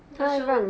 那个 show